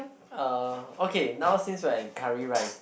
uh okay now since we are in curry rice